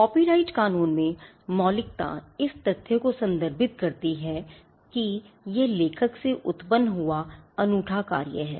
copyright कानून में मौलिकता इस तथ्य को संदर्भित करती है कि है कि यह लेखक से उत्पन्न हुआ अनूठा कार्य है